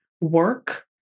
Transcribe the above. work